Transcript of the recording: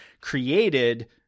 created